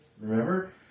remember